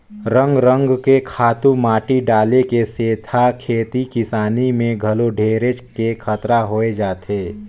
रंग रंग के खातू माटी डाले के सेथा खेती किसानी में घलो ढेरेच के खतरा होय जाथे